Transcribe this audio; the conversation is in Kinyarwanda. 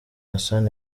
hassan